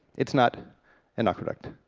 it's not an aqueduct,